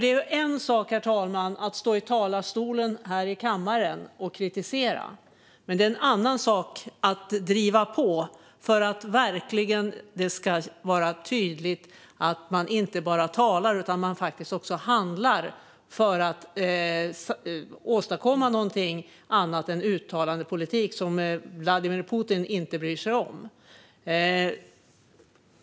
Det är en sak att stå i talarstolen här i kammaren och kritisera, men det är en annan sak att driva på för att det verkligen ska vara tydligt att man inte bara talar utan också handlar för att åstadkomma något annat än uttalandepolitik som Vladimir Putin inte bryr sig om.